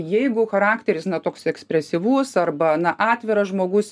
jeigu charakteris na toks ekspresyvus arba na atviras žmogus